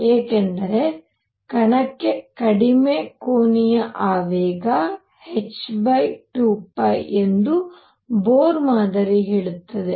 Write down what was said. ಏಕೆಂದರೆ ಕಣಕ್ಕೆ ಕಡಿಮೆ ಕೋನೀಯ ಆವೇಗ h2π ಎಂದು ಬೊರ್ ಮಾದರಿ ಹೇಳುತ್ತದೆ